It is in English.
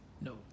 No